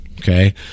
Okay